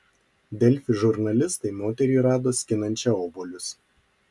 delfi žurnalistai moterį rado skinančią obuolius